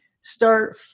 start